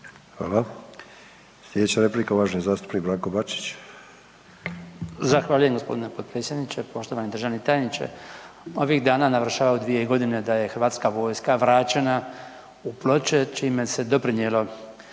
Hvala. Sljedeća replika uvaženi zastupnik Branko Bačić. **Bačić, Branko (HDZ)** Zahvaljujem gospodine potpredsjedniče. Poštovani državni tajniče, ovih dana navršava dvije godine da je Hrvatska vojska vraćena u Ploče čime se doprinijelo